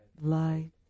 light